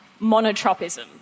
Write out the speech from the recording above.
monotropism